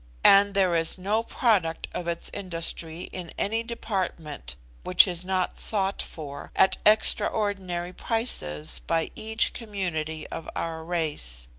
and there is no product of its industry in any department which is not sought for, at extraordinary prices, by each community of our race.